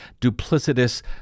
duplicitous